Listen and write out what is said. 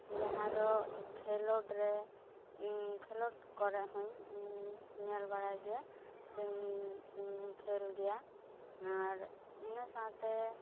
ᱡᱟᱦᱟᱸ ᱫᱚ ᱠᱷᱮᱞᱳᱰ ᱨᱮ ᱠᱷᱮᱞᱳᱰ ᱠᱚᱨᱮᱜ ᱦᱚᱸᱧ ᱧᱮᱞ ᱵᱟᱲᱟᱭ ᱜᱮᱭᱟ ᱥᱮᱧ ᱠᱷᱮᱞ ᱜᱮᱭᱟ ᱟᱨ ᱤᱱᱟᱹ ᱥᱟᱶᱛᱮ